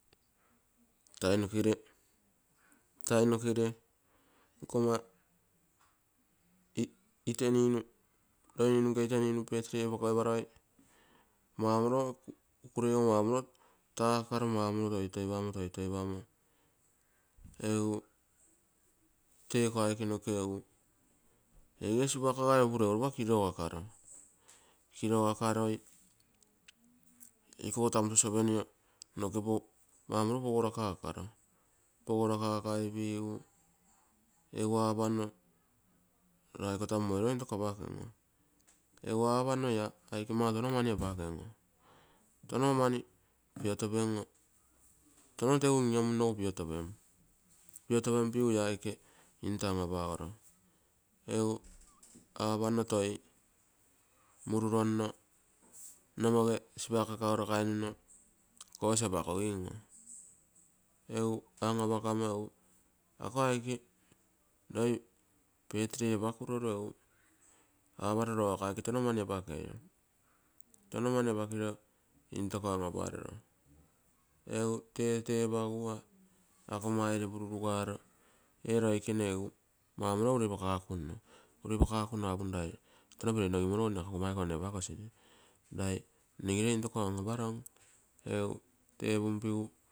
Time nokegere nkomma, loi mnu nke birthday apakoiparoi, maumoro, kukurei ogo maumoro takara maumoro toitoipamo. toitoipamo egu tee iko aike noke egu eegee spak gai upuro egu lopa kirogakaro, iko tamu saucepan geu maumoro. Pogorakakaro, egu apanno lai iko tamu oiro pogorakaken, egu apanno ia aike mau touno mani piotopen touno tegu in-iomunnogu piotopem, piotopempigu ia aike apagom. Egu apannotoi mururonno court apa kogim oo. Egu an-apakomo egu ako aike birthday apakuroru aparo roo ako aike tono mani apakei, tono mani apakiro intoko anaparoro, egu tetepagua ako maire pururugaro ee loikene egu maumoro urepakakunno. Urepakakunno apunno raitono peroinogimoi nne ako nkaa aike nko apakosine rai nnegere intoko an-aparom egu tepumpigu.